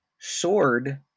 sword